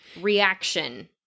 reaction